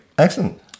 excellent